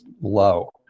low